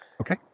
Okay